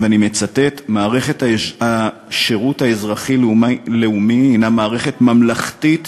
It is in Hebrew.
"מערכת השירות האזרחי-לאומי הנה מערכת ממלכתית